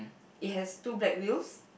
it has two black wheels